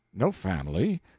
no family?